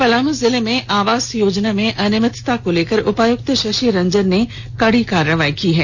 पलामू जिले में आवास योजना में अनियमितता को लेकर उपायुक्त शशि रंजन ने कड़ी कार्रवाई की है